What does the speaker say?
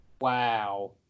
Wow